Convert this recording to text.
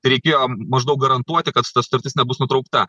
tai reikėjo maždaug garantuoti kad ta sutartis nebus nutraukta